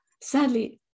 sadly